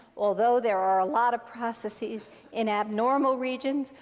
although there are a lot of processes in abnormal regions.